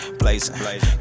blazing